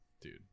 Dude